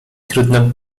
trudno